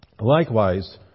Likewise